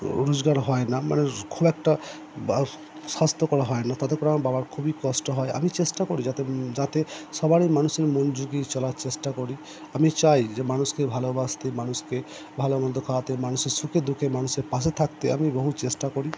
রোজগার হয় না খুব একটা স্বাস্থ্যকর হয় না তাতে করে আমার বাবার খুবই কষ্ট হয় আমি চেষ্টা করি যাতে যাতে সবারই মানুষের মন জুগিয়ে চলার চেষ্টা করি আমি চাই যে মানুষকে ভালোবাসতে মানুষকে ভালো মন্দ খাওয়াতে মানুষের সুখ দুঃখে মানুষের পাশে থাকতে আমি বহুত চেষ্টা করি